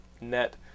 net